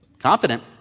confident